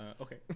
Okay